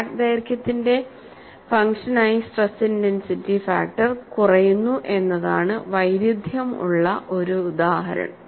crack ദൈർഘ്യത്തിന്റെ function ആയി stress intensity factor കുറയുന്നു എന്നതാണ് വൈരുധ്യം ഉള്ള ഉദാഹരണം